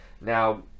now